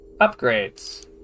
Upgrades